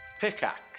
Pickaxe